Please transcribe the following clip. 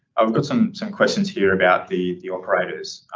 i've got some, some questions here about the the operators.